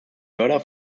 mörder